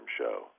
Show